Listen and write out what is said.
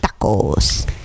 tacos